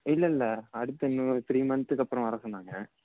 இல்லை இல்லை அடுத்த இன்னோரு த்ரீ மன்த்துக்கு அப்புறம் வர சொன்னாங்க